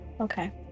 Okay